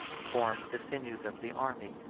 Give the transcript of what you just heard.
formed the sinews of the army,